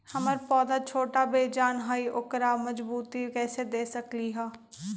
हमर पौधा छोटा बेजान हई उकरा मजबूती कैसे दे सकली ह?